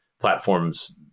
platforms